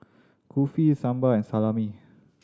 Kulfi Sambar and Salami